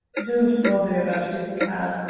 don't bother about his cab.